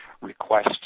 request